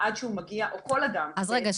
או כל אדם --- אז רגע,